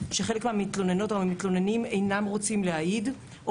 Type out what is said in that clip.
שחלק מהמתלוננות והמתלוננים אינם רוצים להעיד או